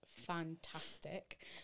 fantastic